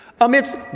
amidst